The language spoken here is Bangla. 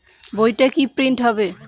বইটা কি প্রিন্ট হবে?